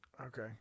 Okay